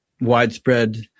widespread